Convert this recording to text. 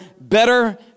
better